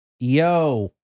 Yo